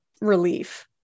relief